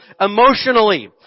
emotionally